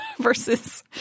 Versus